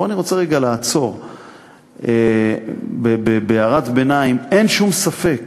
פה אני רוצה רגע לעצור בהערת ביניים: אין שום ספק